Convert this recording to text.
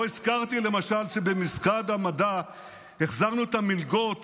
לא הזכרתי, למשל, שבמשרד המדע החזרנו את המלגות